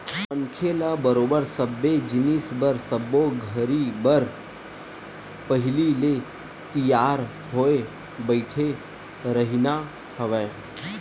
मनखे ल बरोबर सबे जिनिस बर सब्बो घरी बर पहिली ले तियार होय बइठे रहिना हवय